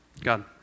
God